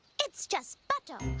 it's just butter.